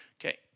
Okay